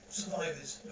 survivors